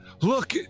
Look